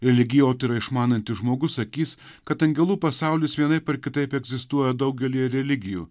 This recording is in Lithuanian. religijotyra išmanantis žmogus sakys kad angelų pasaulis vienaip ar kitaip egzistuoja daugelyje religijų